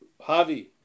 Javi